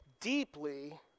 deeply